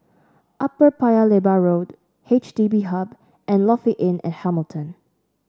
Upper Paya Lebar Road H D B Hub and Lofi Inn at Hamilton